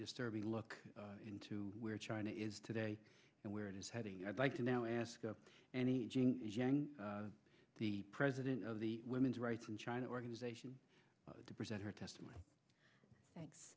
disturbing look into where china is today and where it is i'd like to now ask of any the president of the women's rights in china organization to present her testimony thanks